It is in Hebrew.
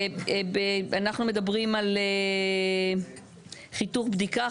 אנחנו מדברים על חיתוך בדיקה,